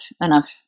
enough